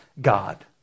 God